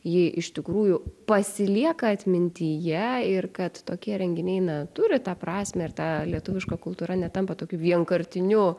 ji iš tikrųjų pasilieka atmintyje ir kad tokie renginiai na turi tą prasmę ir ta lietuviška kultūra netampa tokiu vienkartiniu